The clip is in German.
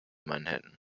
manhattan